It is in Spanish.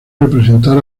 representar